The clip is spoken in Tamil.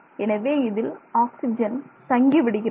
எனவே இதில் ஆக்சிசன் தங்கிவிடுகிறது